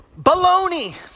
Baloney